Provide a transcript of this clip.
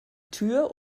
tür